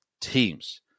teams